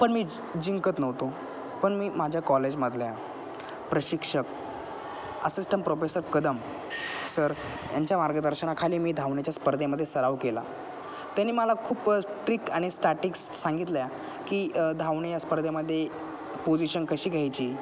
पण मी जिंकत नव्हतो पण मी माझ्या कॉलेजमधल्या प्रशिक्षक असिस्टंट प्रोफेसर कदम सर यांच्या मार्गदर्शनाखाली मी धावण्याच्या स्पर्धेमध्ये सराव केला त्यांनी मला खूप ट्रिक आणि स्टाटिक्स सांगितल्या की धावणे या स्पर्धेमध्ये पोझिशन कशी घ्यायची